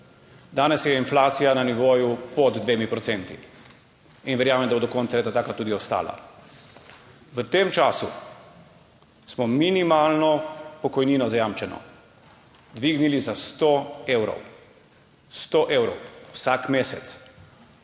danes je inflacija na nivoju pod 2 odstotka in verjamem, da bo do konca leta takšna tudi ostala. V tem času smo minimalno pokojnino, zajamčeno, dvignili za 100 evrov. 100 evrov vsak mesec.